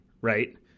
right